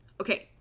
okay